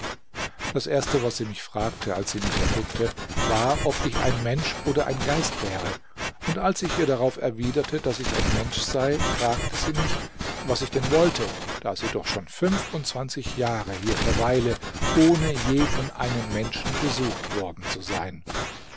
das erste was sie mich fragte als sie mich erblickte war ob ich ein mensch oder ein geist wäre und als ich ihr darauf erwiderte daß ich ein mensch sei fragte sie mich was ich denn wollte da sie doch schon fünfundzwanzig jahre hier verweile ohne je von einem menschen besucht worden zu sein